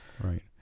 Right